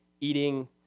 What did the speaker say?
eating